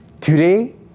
Today